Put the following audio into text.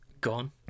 gone